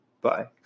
Bye